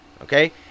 okay